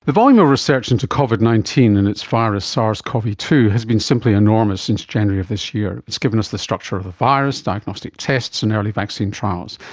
the volume of research into covid nineteen and it's virus sars cov two has been simply enormous sets and january of this year. it's given us the structure of the virus, diagnostic tests and early vaccine trials.